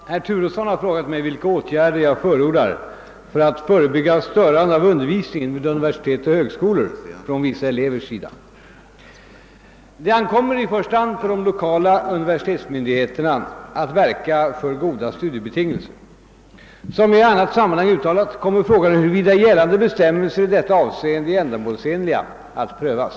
Herr talman! Herr Turesson har frågat mig vilka åtgärder jag förordar för att förebygga störande av undervisningen vid universitet och högskolor från vissa elevers sida. Det ankommer i första hand på de lokala universitetsmyndigheterna att verka för goda studiebetingelser. Som jag i annat sammanhang uttalat kommer frågan huruvida gällande bestämmelser i detta avseende är ändamålsenliga att prövas.